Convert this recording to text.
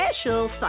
special